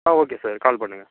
ஆ okay sir call பண்ணுங்கள்